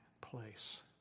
place